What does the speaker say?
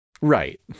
Right